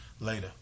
later